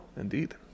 Indeed